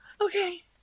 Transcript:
Okay